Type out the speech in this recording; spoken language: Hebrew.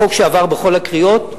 חוק שעבר בכל הקריאות.